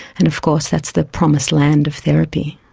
and of course that's the promised land of therapy.